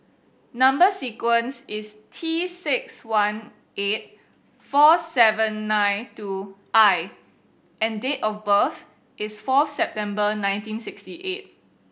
number sequence is T six one eight four seven nine two I and date of birth is four September nineteen sixty eight